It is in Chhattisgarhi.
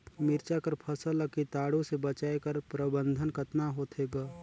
मिरचा कर फसल ला कीटाणु से बचाय कर प्रबंधन कतना होथे ग?